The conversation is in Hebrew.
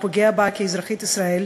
הוא פוגע בה כאזרחית ישראל,